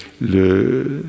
le